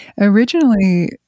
originally